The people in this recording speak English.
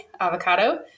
avocado